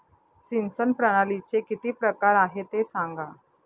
सिंचन प्रणालीचे किती प्रकार आहे ते सांगा